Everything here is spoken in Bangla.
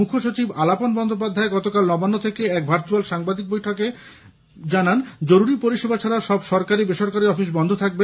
মুখ্যসচিব আলাপন বন্দ্যোপাধ্যায় গতকাল নবান্ন থেকে এক ভার্চুয়াল সাংবাদিক বৈঠকে বলেন জরুরী পরিষেবা ছাড়া সব সরকারি বেসরকারি অফিস বন্ধ থাকবে